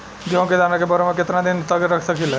गेहूं के दाना के बोरा में केतना दिन तक रख सकिले?